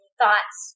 thoughts